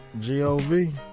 GOV